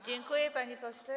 Dziękuję, panie pośle.